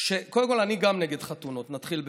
קודם כול, אני גם נגד חתונות, נתחיל בזה,